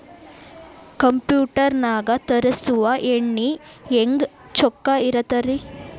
Computer ನಾಗ ತರುಸುವ ಎಣ್ಣಿ ಹೆಂಗ್ ಚೊಕ್ಕ ಇರತ್ತ ರಿ?